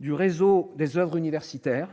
du réseau des Oeuvres universitaires